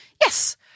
Yes